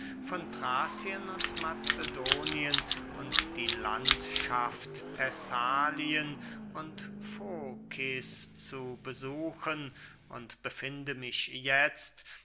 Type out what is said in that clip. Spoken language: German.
von thrazien und macedonien und die landschaft thessalien und focis zu besuchen und befinde mich jetzt